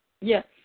Yes